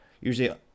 usually